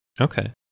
Okay